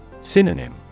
Synonym